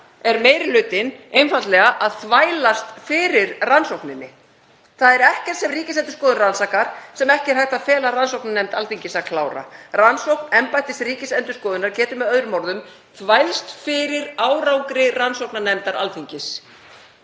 er meiri hlutinn einfaldlega að þvælast fyrir rannsókninni. Það er ekkert sem Ríkisendurskoðun rannsakar sem ekki er hægt að fela rannsóknarnefnd Alþingis að klára. Rannsókn embættis Ríkisendurskoðunar getur með öðrum orðum þvælst fyrir árangri rannsóknarnefndar Alþingis.